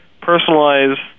personalized